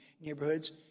neighborhoods